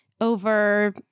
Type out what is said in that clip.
over